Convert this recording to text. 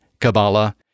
Kabbalah